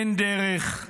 אין דרך,